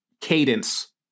cadence